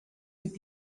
would